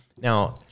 Now-